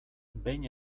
behin